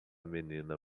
menina